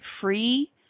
free